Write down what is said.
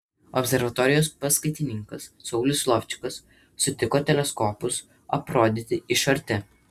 observatorijos paskaitininkas saulius lovčikas sutiko teleskopus aprodyti iš arti